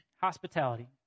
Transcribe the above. Hospitality